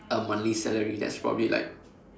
a monthly salary that's probably like